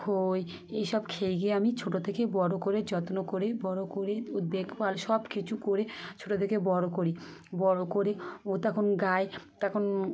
খই এই সব খেয়ে গিয়ে আমি ছোটো থেকে বড়ো করে যত্ন করে বড়ো করে ও দেখ ভাল সব কিছু করে ছোটো থেকে বড়ো করি বড়ো করে ও তখন গাই তখন